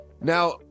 Now